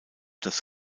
das